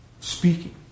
speaking